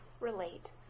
relate